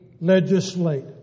legislate